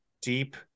deep